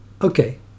Okay